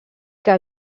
que